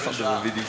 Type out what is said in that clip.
דבר שעה, מאיר.